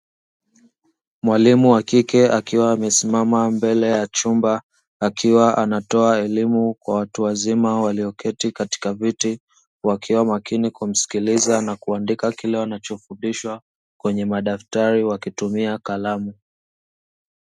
Mwalimu wa kike akiwa amesimama mbele ya chumba akiwa anatoa elimu kwa watu wazima walioketi katika viti, wakiwa makini kumsikiliza na kuandika kile wanachofundishwa kwenye madaftari wakitumia kalamu.